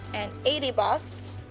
and eighty bucks,